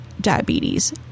diabetes